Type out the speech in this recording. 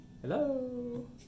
Hello